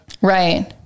Right